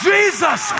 Jesus